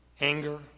Anger